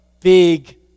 big